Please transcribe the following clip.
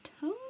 tongue